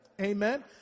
Amen